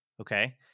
Okay